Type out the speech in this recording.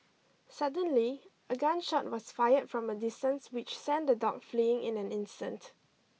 suddenly a gun shot was fired from a distance which sent the dog fleeing in an instant